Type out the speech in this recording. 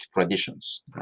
traditions